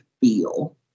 feel